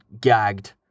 gagged